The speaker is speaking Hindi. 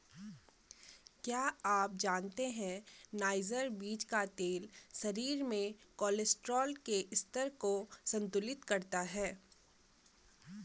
क्या आप जानते है नाइजर बीज का तेल शरीर में कोलेस्ट्रॉल के स्तर को संतुलित करता है?